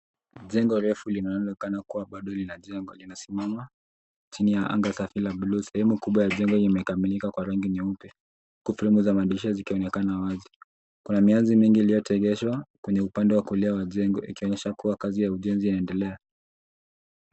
Jengo refu linaonekana kuwa bado linajengwa. Linasimama chini ya anga safi la buluu. Sehemu kubwa ya jengo imekamilika kwa rangi nyeupe huku fremu za madirisha zikionekana wazi. Kuna mianzi mingi iliyotegeshwa kwenye upande wa kulia wa jengo ikionyesha kuwa kazi ya ujenzi inaendelea.